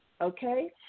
okay